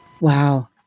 Wow